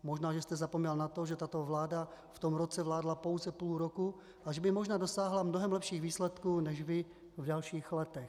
Možná že jste zapomněl na to, že tato vláda v tom roce vládla pouze půl roku a že by možná dosáhla mnohem lepších výsledků než vy v dalších letech.